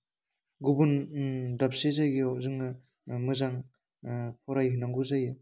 गुबुन दाबसे जायगायाव जोङो मोजां फरायहैनांगौ जायो